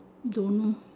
don't know